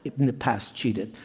in the past, cheated.